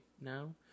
now